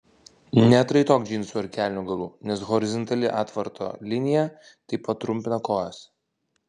neatraitok džinsų ar kelnių galų nes horizontali atvarto linija taip pat trumpina kojas